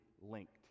linked